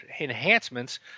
enhancements